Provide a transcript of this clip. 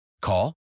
Call